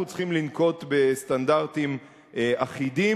אנחנו צריכים לנקוט סטנדרטים אחידים,